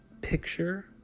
picture